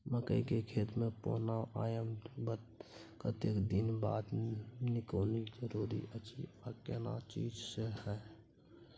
मकई के खेत मे पौना आबय के कतेक दिन बाद निकौनी जरूरी अछि आ केना चीज से?